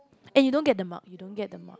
eh you don't get the mug you don't get the mug